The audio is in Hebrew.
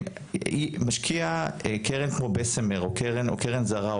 משקיע קרן כמו בסמר או קרן זרה,